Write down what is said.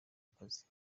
akazi